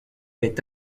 est